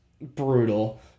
brutal